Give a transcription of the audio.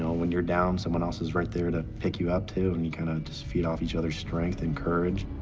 when you're down, someone else is right there to pick you up, too, and you kind of just feed off each other's strength and courage.